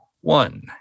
one